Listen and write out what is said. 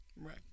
Right